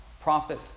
prophet